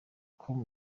com